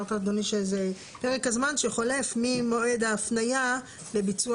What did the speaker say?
פרק הזמן שחולף ממועד ההפניה לביצוע